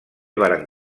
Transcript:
varen